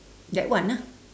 that one ah